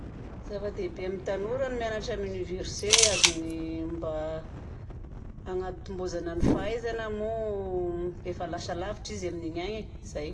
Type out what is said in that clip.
Zava-dehibe amin'ny tanora ny mianatra amin'ny oniversite. Azony mba hanatombozana ny fahazaina moa efa lasa lavitra izy amin'iny any e. Zay!